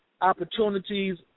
opportunities